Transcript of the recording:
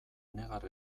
negar